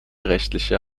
rechtliche